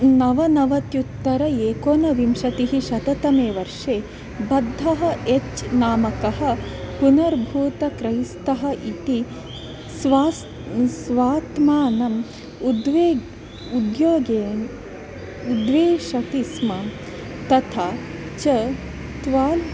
नवनवत्युत्तर एकोनविंशतिशततमेवर्षे बद्धः एच् नामकः पुनर्भूतक्रैस्तः इति स्वास् स्वात्मानम् उद्वेग उद्योगेन उद्वेशति स्म तथा च त्वाल्